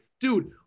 dude